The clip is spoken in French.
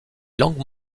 langues